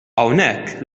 hawnhekk